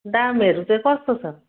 दामहरू चाहिँ कस्तो छ